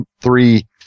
three